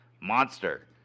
monster